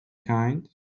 kind